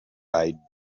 eyed